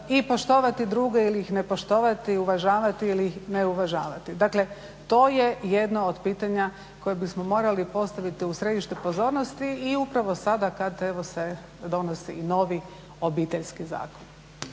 ili poštovati druge ili ih ne poštovati, uvažavati ih ili ne uvažavati. Dakle to je jedno od pitanja koja bismo morali postaviti u središte pozornosti i upravo sada kada se donosi novi Obiteljski zakon.